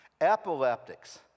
Epileptics